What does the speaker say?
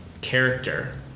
character